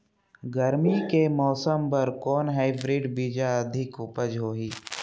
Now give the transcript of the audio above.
गरमी के मौसम बर कौन हाईब्रिड बीजा अधिक उपज होही?